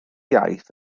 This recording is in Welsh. iaith